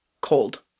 cold